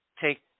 take